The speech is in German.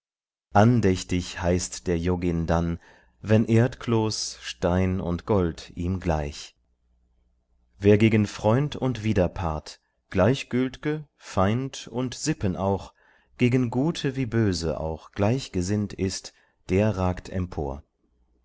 andächtig heißt der yogin dann wenn erdkloß stein und gold ihm gleich wer gegen freund und widerpart gleichgült'ge feind und sippen auch gegen gute wie böse auch gleichgesinnt ist der ragt empor